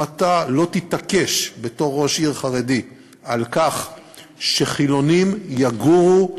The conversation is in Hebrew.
אם אתה לא תתעקש בתור ראש עיר חרדי על כך שחילונים יגורו,